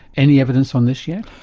any evidence on this yet?